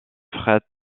fret